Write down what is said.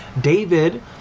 David